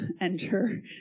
enter